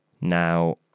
Now